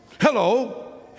Hello